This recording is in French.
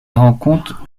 rencontre